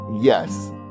Yes